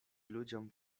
ludziom